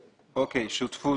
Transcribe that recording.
התאגיד או השותפות,